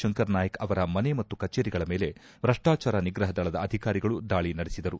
ಶಂಕರ್ ನಾಯಕ್ ಅವರ ಮನೆ ಮತ್ತು ಕಚೇರಿಗಳ ಮೇಲೆ ಭ್ರಷ್ಟಾಚಾರ ನಿಗ್ರಹ ದಳದ ಅಧಿಕಾರಿಗಳು ದಾಳಿ ನಡೆಸಿದರು